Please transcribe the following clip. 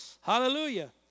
Hallelujah